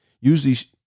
usually